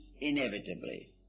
inevitably